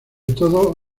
todo